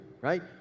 right